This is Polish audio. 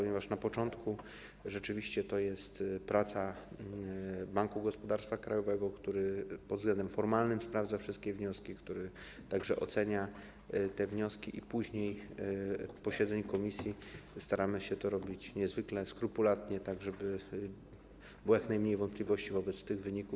Na początku rzeczywiście to jest praca Banku Gospodarstwa Krajowego, który pod względem formalnym sprawdza wszystkie wnioski, który także ocenia te wnioski, a później podczas posiedzeń komisji staramy się to robić niezwykle skrupulatnie, tak żeby było jak najmniej wątpliwości wobec tych wyników.